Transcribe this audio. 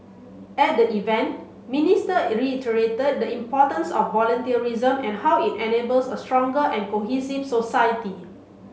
at the event Minister reiterated the importance of volunteerism and how it enables a stronger and cohesive society